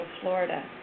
Florida